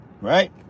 right